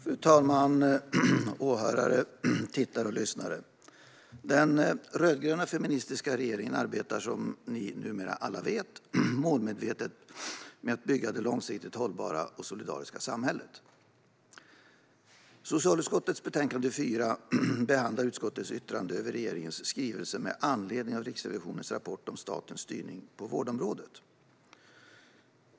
Fru talman! Åhörare, tittare och lyssnare! Den rödgröna feministiska regeringen arbetar, som ni numera alla vet, målmedvetet med att bygga det långsiktigt hållbara och solidariska samhället. Socialutskottets betänkande 4 behandlar utskottets yttrande över regeringens skrivelse med anledning av Riksrevisionens rapport om statens styrning på vårdområdet.